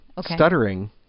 stuttering